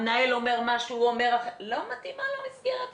המנהל אומר מה ש- -- לא מתאימה לו המסגרת הזאת.